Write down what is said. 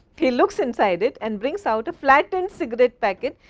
he looks inside it and brings out of flatten cigarette packet,